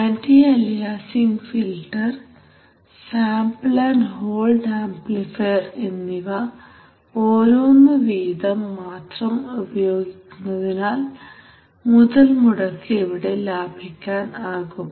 anti aliasing filter sample and hold amplifier എന്നിവ ഓരോന്നു വീതം മാത്രം ഉപയോഗിക്കുന്നതിനാൽ മുതൽമുടക്ക് ഇവിടെ ലാഭിക്കാൻ ആകും